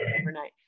overnight